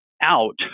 out